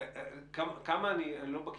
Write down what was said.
עמית,